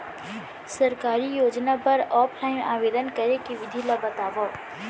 सरकारी योजना बर ऑफलाइन आवेदन करे के विधि ला बतावव